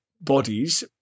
bodies